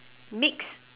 mix